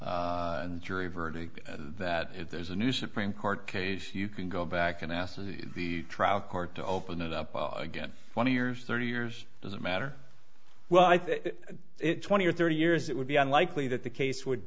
the jury verdict that if there's a new supreme court case you can go back and ask the trial court to open it up again twenty years thirty years doesn't matter well i think it twenty or thirty years it would be unlikely that the case would